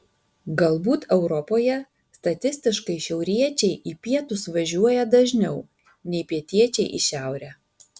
galbūt europoje statistiškai šiauriečiai į pietus važiuoja dažniau nei pietiečiai į šiaurę